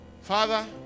Father